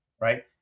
right